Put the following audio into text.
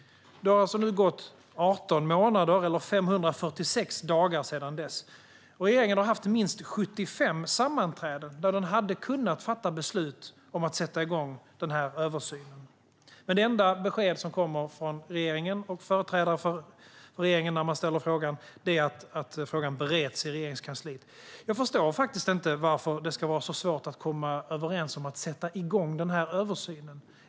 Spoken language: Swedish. Det har nu gått 18 månader, eller 546 dagar, sedan dess. Regeringen har haft minst 75 sammanträden där den hade kunnat fatta beslut om att sätta igång översynen. Det enda besked som kommer från regeringen och företrädare för regeringen när man ställer frågan är att frågan bereds i Regeringskansliet. Jag förstår inte varför det ska vara så svårt att komma överens om att sätta igång översynen.